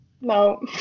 No